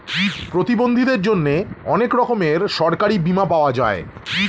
প্রতিবন্ধীদের জন্যে অনেক রকমের সরকারি বীমা পাওয়া যায়